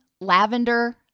lavender